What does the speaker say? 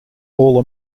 all